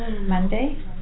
Monday